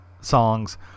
songs